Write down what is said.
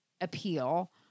appeal